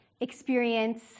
experience